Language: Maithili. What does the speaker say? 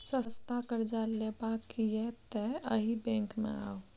सस्ता करजा लेबाक यै तए एहि बैंक मे आउ